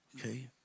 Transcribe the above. Okay